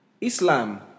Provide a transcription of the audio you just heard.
Islam